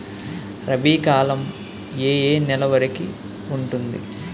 రబీ కాలం ఏ ఏ నెల వరికి ఉంటుంది?